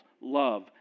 love